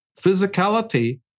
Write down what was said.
physicality